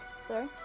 Sorry